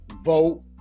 vote